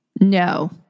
No